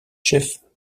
chefs